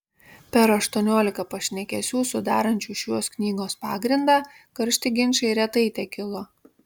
per aštuoniolika pašnekesių sudarančių šios knygos pagrindą karšti ginčai retai tekilo